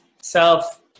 self